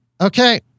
Okay